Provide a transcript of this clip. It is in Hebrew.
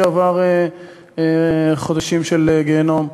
שעבר חודשים של גיהינום,